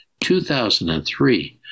2003